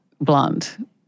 blunt